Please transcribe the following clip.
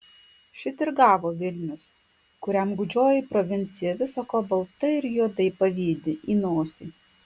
šit ir gavo vilnius kuriam gūdžioji provincija visa ko baltai ir juodai pavydi į nosį